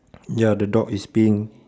ya the dog is peeing